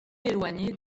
éloigné